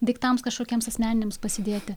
daiktams kažkokiems asmeniniams pasidėti